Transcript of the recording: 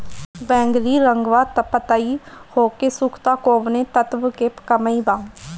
बैगरी रंगवा पतयी होके सुखता कौवने तत्व के कमी बा?